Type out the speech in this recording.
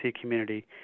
community